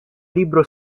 libro